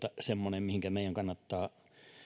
semmoinen mihinkä meidän kannattaa